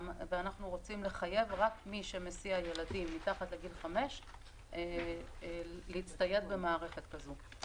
אנחנו רוצים לחייב רק מי שמסיע ילדים מתחת לגיל 5 להצטייד במערכת כזו.